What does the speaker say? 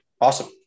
awesome